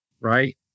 Right